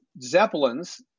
Zeppelins